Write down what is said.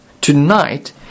Tonight